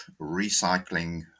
recycling